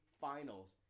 Finals